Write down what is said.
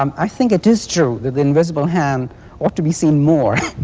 um i think it is true that the invisible hand ought to be seen more